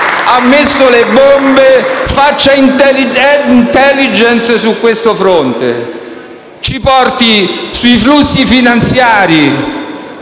ha messo le bombe, facciano *intelligente* su questo fronte, ci portino sui flussi finanziari